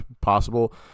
possible